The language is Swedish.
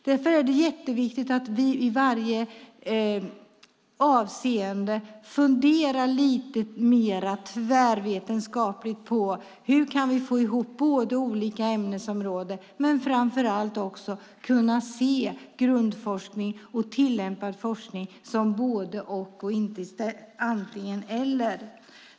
Därför är det jätteviktigt att vi i varje avseende funderar lite mer tvärvetenskapligt på hur vi kan få ihop olika ämnesområden och framför allt också kunna se grundforskning och tillämpad forskning som både och och inte antingen eller.